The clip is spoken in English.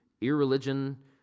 irreligion